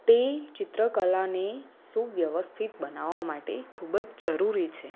તે ચિત્રકળાને સુવ્યવસ્થિત બનાવવા માટે ખૂબ જ જરૂરી છે